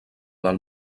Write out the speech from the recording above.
del